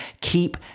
keep